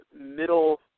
middle